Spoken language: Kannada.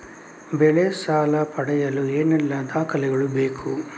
ಬೆಳೆ ಸಾಲ ಪಡೆಯಲು ಏನೆಲ್ಲಾ ದಾಖಲೆಗಳು ಬೇಕು?